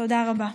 תודה רבה.